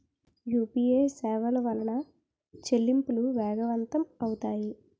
UPA సేవల వలన చెల్లింపులు వేగవంతం అవుతాయి